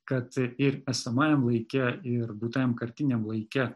kad ir esamajam laike ir būtajam kartiniam laike